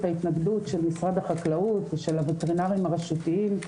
ההתנגדות של משרד החקלאות ושל הווטרינרים הרשותיים,